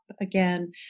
again